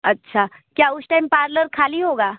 अच्छा क्या उस टाइम पार्लर खाली होगा